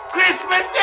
Christmas